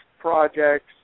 projects